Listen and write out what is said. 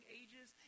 ages